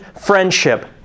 friendship